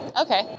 Okay